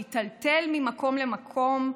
להיטלטל ממקום למקום,